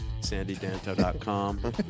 sandydanto.com